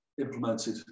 implemented